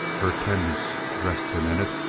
her attendants dressed him in it,